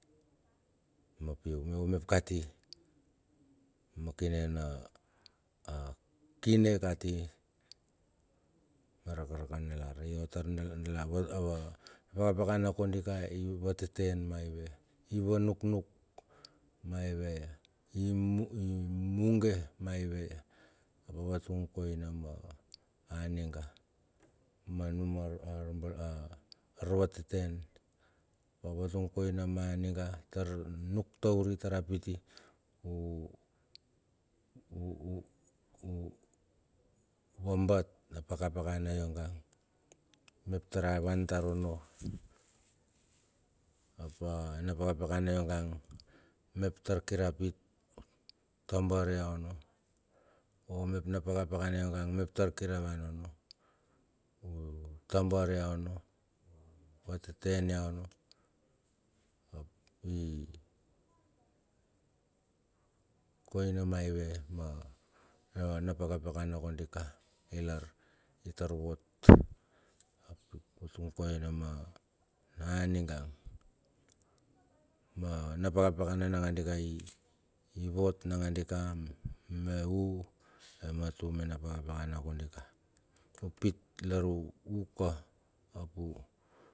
Mapiu mep kati ma kine na a kine kati ma rakaraka nalar yo tar dala va pakapakana kodika, vateten maive ivanuknuk maivei ia i muge maive ia vatung koina ma aninga ma num arba arvatetean ap a vatung koina ma a ninga tar nuk taur a pit i u u u u vabat na pakapakana iongang mep tar kir a pit. Tabar ya onno o mep na pakapakana ionge mep tar kir a van ono u tabar ya onno u vateten ya onno ap i koina maive ma na pakapakana kodi ka ilar itar vot. Vatrung koina ma a ninga mana pakapakana ivot nagandika me u ematu mena pakapakana kondika u pit ap u lar u uka.